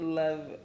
love